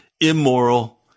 immoral